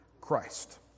Christ